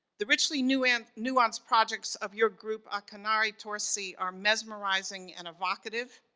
the richly new and nuanced projects of your group, a canary torsi, are mesmerizing and evocative.